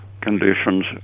conditions